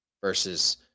versus